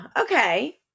okay